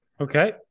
Okay